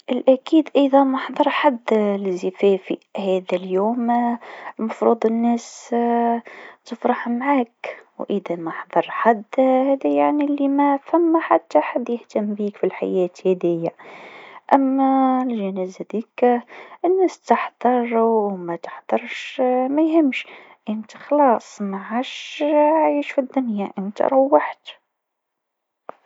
هذا سؤال صعب. برشة ناس يعتبروه أسوأ إذا ما حضرش حد في جنازتهم، لأن هذي نهاية الحياة، ويحبوا يكونوا محاطين بالناس اللي يحبهم. لكن زادة، عدم حضور الناس في حفل الزفاف يجرح، لأنه لحظة فرح كبيرة.